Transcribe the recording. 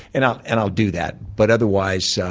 and i'll and i'll do that. but otherwise, so